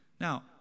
Now